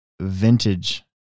vintage